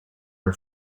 her